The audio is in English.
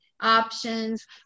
options